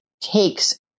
takes